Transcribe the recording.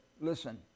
listen